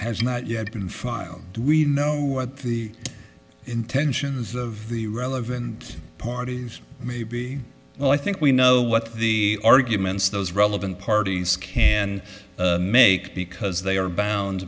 has not yet been filed do we know what the intentions of the relevant parties may be well i think we know what the arguments those relevant parties can make because they are bound